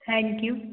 thank you